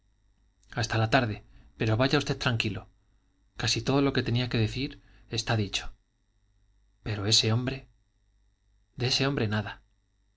hasta la tarde pero vaya usted tranquilo casi todo lo que tenía que decir está dicho pero ese hombre de ese hombre nada